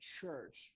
church